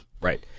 right